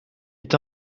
est